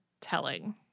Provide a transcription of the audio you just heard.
telling